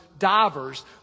divers